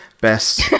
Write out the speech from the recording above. best